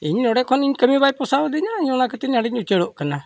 ᱤᱧ ᱱᱚᱰᱮ ᱠᱷᱚᱱᱤᱧ ᱠᱟᱹᱢᱤ ᱵᱟᱭ ᱯᱳᱥᱟᱣ ᱤᱫᱤᱧᱟ ᱤᱧ ᱚᱱᱟ ᱠᱷᱟᱹᱛᱤᱨ ᱦᱟᱸᱰᱮᱧ ᱩᱪᱟᱹᱲᱚᱜ ᱠᱟᱱᱟ